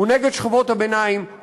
הוא נגד שכבות הביניים,